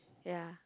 ya